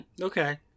okay